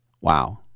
Wow